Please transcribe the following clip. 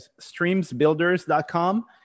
streamsbuilders.com